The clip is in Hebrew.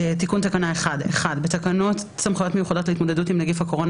תיקון תקנה סמכויות מיוחדות להתמודדות עם נגיף הקורונה